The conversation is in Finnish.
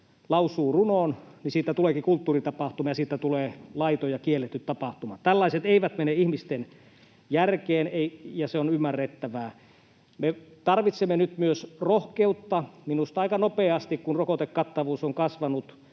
lausuu runon, niin siitä tuleekin kulttuuritapahtuma ja siitä tulee laiton ja kielletty tapahtuma. Tällaiset eivät mene ihmisten järkeen, ja se on ymmärrettävää. Me tarvitsemme nyt myös rohkeutta — minusta aika nopeasti, kun rokotekattavuus on kasvanut